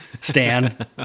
stan